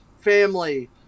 family